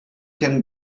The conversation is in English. can